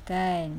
kan